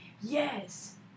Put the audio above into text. Yes